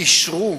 אישרו